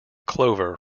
clover